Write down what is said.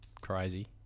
crazy